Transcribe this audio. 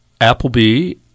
Applebee